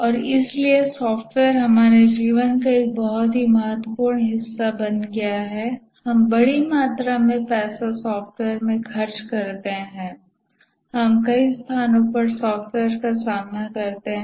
और इसलिए सॉफ्टवेयर हमारे जीवन का एक बहुत ही महत्वपूर्ण हिस्सा बन गया है हम बड़ी मात्रा में पैसा सॉफ्टवेयर में खर्च करते हैं हम कई स्थानों पर सॉफ्टवेयर का सामना करते हैं